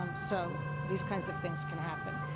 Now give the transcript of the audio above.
um so these kinds of things can happen.